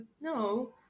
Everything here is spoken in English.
no